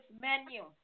menu